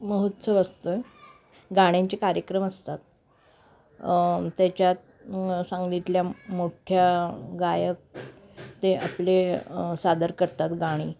महोत्सव असतो गाण्यांचे कार्यक्रम असतात त्याच्यात सांगलीतल्या मोठ्या गायक ते आपले सादर करतात गाणी